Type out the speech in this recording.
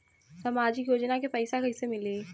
सामाजिक योजना के पैसा कइसे मिली?